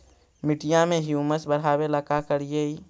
मिट्टियां में ह्यूमस बढ़ाबेला का करिए?